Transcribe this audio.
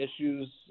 issues